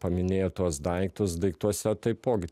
paminėjot tuos daiktus daiktuose taipogi